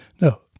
No